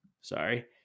sorry